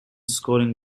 scoring